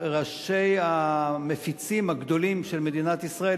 ראשי המפיצים הגדולים של מדינת ישראל,